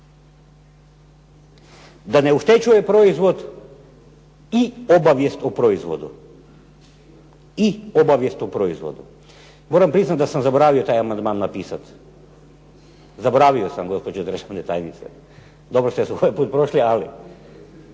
da ne oštećuje proizvod i obavijest o proizvodu. Moram priznati da sam zaboravio taj amandman napisat, zaboravio sam gospođo državna tajnice. Dobro ste ovaj put prošli, ali